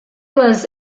was